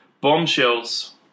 bombshells